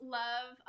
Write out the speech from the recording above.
love